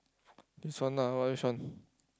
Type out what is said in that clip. this one ah what which one